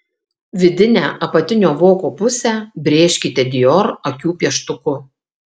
vidinę apatinio voko pusę brėžkite dior akių pieštuku